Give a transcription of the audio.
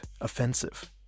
Offensive